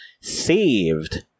saved